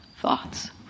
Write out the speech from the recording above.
thoughts